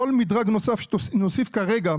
כל מדרג נוסף שנוסיף כרגע,